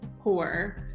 poor